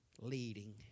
Leading